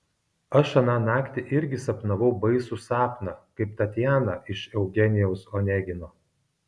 aš aną naktį irgi sapnavau baisų sapną kaip tatjana iš eugenijaus onegino